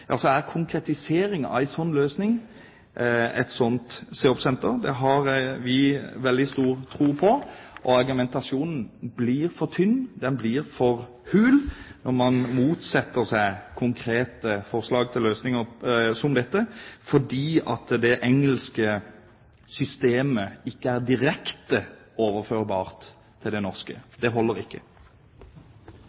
er det å konkretisere en løsning med et slikt CEOP-senter noe vi har veldig stor tro på. Argumentasjonen blir for tynn. Den blir for hul når man motsetter seg konkrete forslag til løsninger som dette fordi det engelske systemet ikke er direkte overførbart til det norske.